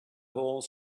whole